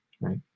Right